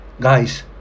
Guys